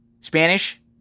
Spanish